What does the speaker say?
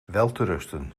welterusten